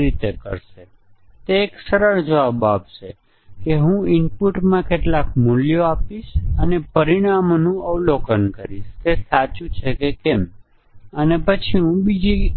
અહીં સમસ્યા એ છે કે આપણે એક ભૂલ પેદા કરી આપણે એક મ્યુટન્ટ બનાવ્યું કદાચ આપણે સ્થિરતાના મૂલ્યને બદલી શકીએ અથવા આપણે બે સ્ટેટમેન્ટો બદલી શકીએ